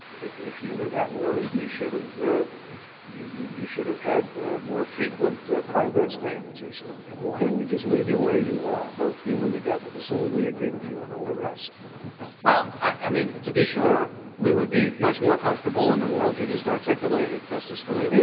if if you were that worried, you should have you you you should have had more frequent progress payments or something. but why don't we just leave you where you are, both you and the government, assuming we agree with you on all the rest? phillips well, i mean, to be sure, we would be much more comfortable in the world you just articulated, justice scalia.